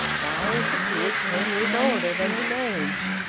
darius appeared ten years older than his age.